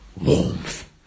warmth